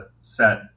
set